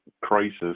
crisis